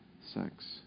sex